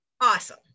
Awesome